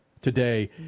today